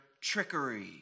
trickery